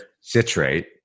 citrate